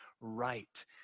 right